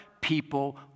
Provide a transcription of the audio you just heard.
people